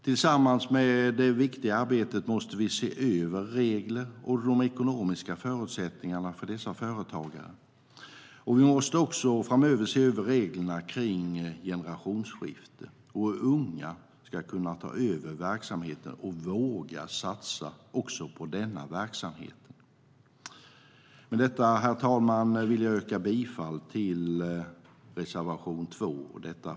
Tillsammans med detta viktiga arbete måste vi se över regler och ekonomiska förutsättningar för dessa företagare. Vi måste också se över reglerna när det gäller generationsskiftet så att unga ska kunna ta över och våga satsa på denna verksamhet. Herr talman! Jag yrkar bifall till reservation 2.